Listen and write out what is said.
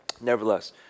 Nevertheless